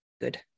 good